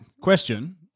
Question